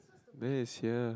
then is here